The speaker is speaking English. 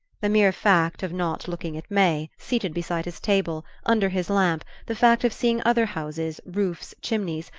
the mere fact of not looking at may, seated beside his table, under his lamp, the fact of seeing other houses, roofs, chimneys,